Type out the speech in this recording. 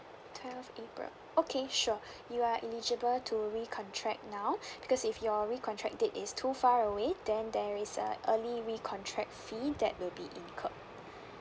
twelve april okay sure you are eligible to re contract now because if your re contract date is too far away then there is a early re contract fee that will be incurred